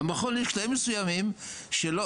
במכון יש קטעים מסוימים שלא,